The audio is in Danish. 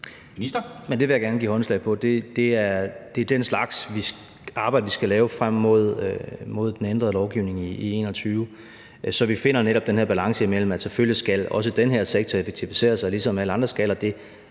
Det vil jeg gerne give håndslag på. Det er den slags arbejde, vi skal lave frem mod den ændrede lovgivning i 2021, så vi finder netop den her balance mellem, at selvfølgelig skal også den her sektor effektiviseres, ligesom alle andre skal